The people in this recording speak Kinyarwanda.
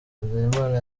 habyarimana